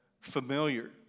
familiar